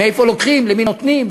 מאיפה לוקחים, למי נותנים.